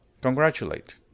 Congratulate